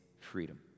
freedom